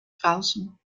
draußen